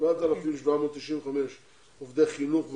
7,795 עובדי חינוך והוראה,